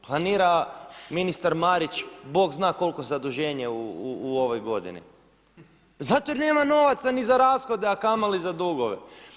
Planira ministar Marić Bog zna koliko zaduženje u ovoj godini zato jer nema novaca niti za rashode, a kamoli za dugove.